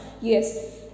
Yes